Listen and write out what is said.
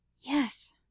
Yes